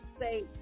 say